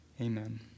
amen